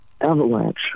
avalanche